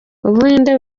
buhinde